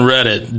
Reddit